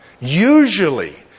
Usually